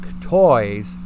toys